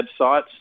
websites